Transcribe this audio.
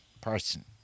person